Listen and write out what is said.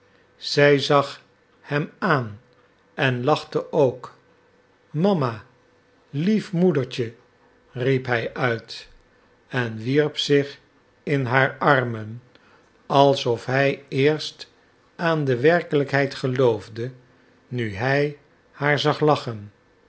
zij zag hem aan en lachte ook mama lief moedertje riep hij uit en wierp zich in haar armen alsof hij eerst aan de werkelijkheid geloofde nu hij haar zag lachen